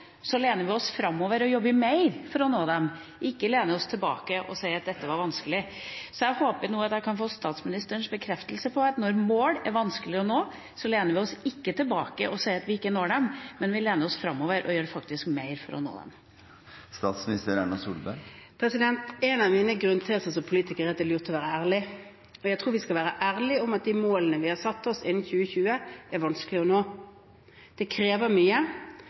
lener vi oss framover og jobber mer for å nå dem, vi lener oss ikke tilbake og sier at dette var vanskelig. Så jeg håper nå at jeg kan få statsministerens bekreftelse på at når mål er vanskelige å nå, lener vi oss ikke tilbake og sier at vi ikke når dem, men vi lener oss framover og gjør faktisk mer for å nå dem. En av mine grunnteser som politiker er at det er lurt å være ærlig. Og jeg tror vi skal være ærlige om at de målene vi har satt oss innen 2020, er vanskelige å nå. Det krever mye.